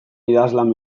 idazlan